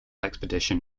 expedition